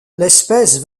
l’espèce